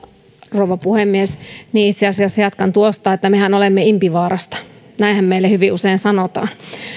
rouva puhemies niin itse asiassa jatkan tuosta että mehän olemme impivaarasta näinhän meille hyvin usein sanotaan